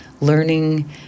learning